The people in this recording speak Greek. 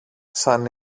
σαν